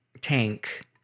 tank